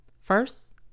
first